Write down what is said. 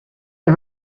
the